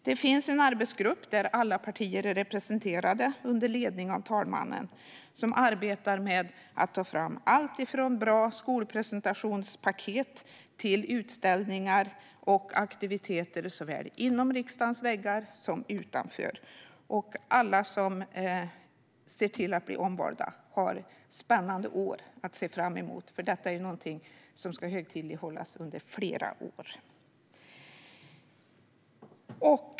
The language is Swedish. Det finns en arbetsgrupp där alla partier är representerade under ledning av talmannen som arbetar med att ta fram alltifrån bra skolpresentationspaket till utställningar och aktiviteter såväl inom som utanför riksdagens väggar. Alla som ser till att bli omvalda har spännande år att se fram emot, för detta är någonting som ska högtidlighållas under flera år.